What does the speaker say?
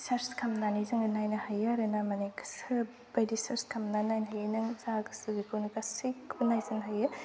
सार्स खालामनानै जोङो नायनो हायो आरोना माने गोसो बायदि सार्स खालामनानै बेनो जा गोसो जों गासैखौबो नायजोबनो हायो